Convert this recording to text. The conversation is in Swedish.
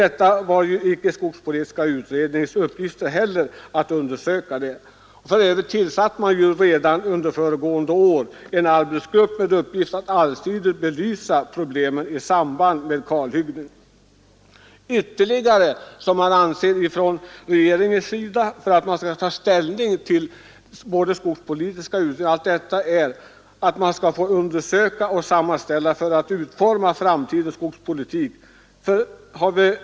Det var inte heller skogspolitiska utredningens uppgift att undersöka den frågan, och för övrigt tillsattes redan under föregående år en arbetsgrupp med uppgift att allsidigt belysa problemet i samband med kalhyggen. Regeringen har ansett att ytterligare undersökningar bör göras för att man skall kunna utforma framtidens skogspolitik.